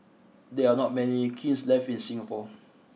there are not many kilns left in Singapore